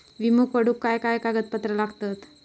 विमो उघडूक काय काय कागदपत्र लागतत?